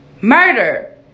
murder